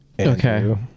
Okay